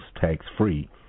tax-free